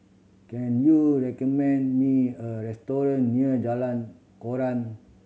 can you recommend me a restaurant near Jalan Koran